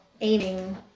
aiming